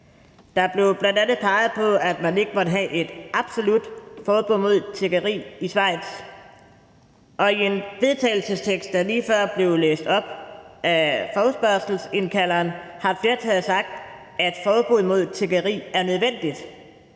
Der blev bl.a. peget på, at man ikke måtte have et absolut forbud mod tiggeri i Schweiz, og i en vedtagelsestekst, der lige før blev læst op af ordføreren for forespørgerne, har flertallet sagt, at et forbud mod tiggeri er nødvendigt.